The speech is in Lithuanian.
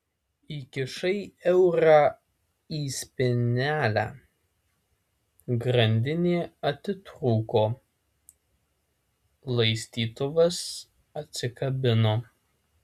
įkišai eurą į spynelę grandinė atitrūko laistytuvas atsikabino